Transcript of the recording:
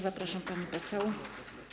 Zapraszam, pani poseł.